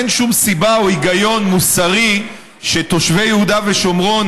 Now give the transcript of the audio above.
אין שום סיבה או היגיון מוסרי שתושבי יהודה ושומרון